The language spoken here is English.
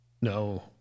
No